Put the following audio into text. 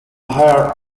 hire